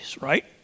right